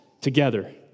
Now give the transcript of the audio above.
together